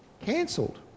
cancelled